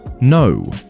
no